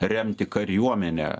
remti kariuomenę